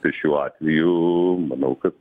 tai šiuo atveju manau kad